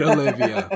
Olivia